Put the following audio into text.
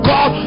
God